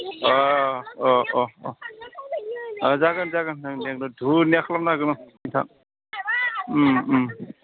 ओ अ अ अ जागोन जागोन धुनिया खालामना होगोन अ नोंथां